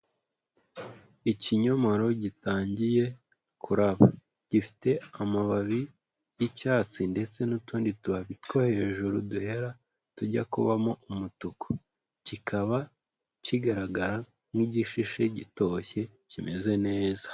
Ikinyomoro gitangiye kuraba, gifite amababi y'icyatsi ndetse n'utundi tubabi two hejuru duhera tujya kubamo umutuku, kikaba kigaragara nk'igishishe, gitoshye, kimeze neza.